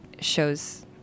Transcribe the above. shows